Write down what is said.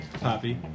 Poppy